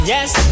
Yes